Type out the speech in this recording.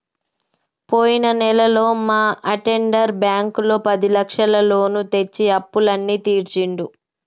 పోయిన నెలలో మా అటెండర్ బ్యాంకులో పదిలక్షల లోను తెచ్చి అప్పులన్నీ తీర్చిండు